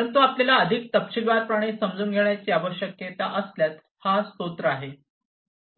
परंतु आपल्याला अधिक तपशीलवारपणे समजून घेण्याची आवश्यकता असल्यास हा स्त्रोत आहे